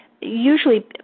usually